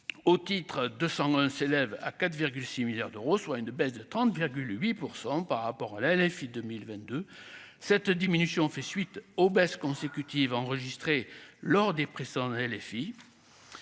au titre 200 hein s'élève à 4,6 milliards d'euros, soit une baisse de 30,8 % par rapport à la LFI 2022 cette diminution fait suite aux baisses consécutives enregistrées lors des précédents elle